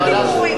רק דיבורים ראינו.